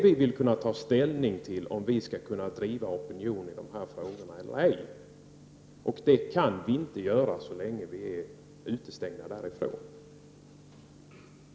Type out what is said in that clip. Vi vill kunna ta ställning om vi skall driva opinion i de frågorna eller ej, och det kan vi inte göra så länge vi är utestängda därifrån.